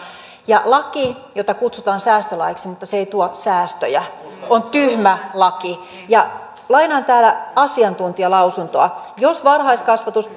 laki jota kutsutaan säästölaiksi mutta joka ei tuo säästöjä on tyhmä laki lainaan asiantuntijalausuntoa jos varhaiskasvatus